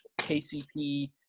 KCP